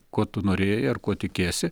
ko tu norėjai ar kuo tikiesi